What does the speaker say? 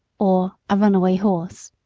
or a runaway horse